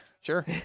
Sure